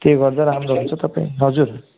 त्यही गर्दा राम्रो हुन्छ तपाईँ हजुर